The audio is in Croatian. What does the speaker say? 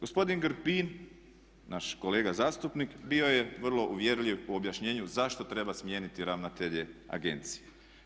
Gospodin Grbin naš kolega zastupnik bio je vrlo uvjerljiv u objašnjenju zašto treba smijeniti ravnatelje agencije.